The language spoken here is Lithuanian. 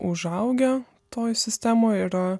užaugę toj sistemoj ir a